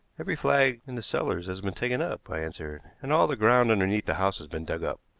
every flag in the cellars has been taken up, i answered and all the ground underneath the house has been dug up.